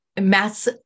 Mass